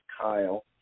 Kyle